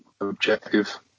objective